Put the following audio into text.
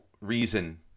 reason